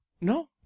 No